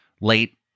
late